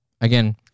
Again